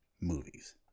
movies